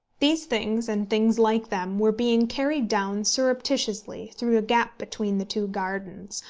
these things, and things like them, were being carried down surreptitiously, through a gap between the two gardens,